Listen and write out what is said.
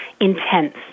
intense